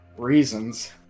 reasons